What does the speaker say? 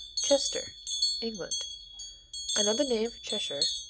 chester england another name for cheshire,